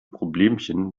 problemchen